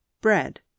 Bread